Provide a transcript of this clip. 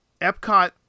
Epcot